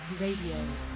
Radio